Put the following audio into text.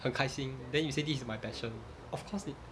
很开心 then you say this is my passion of course 你